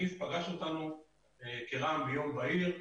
הנגיף פגש אותנו כרעם ביום בהיר,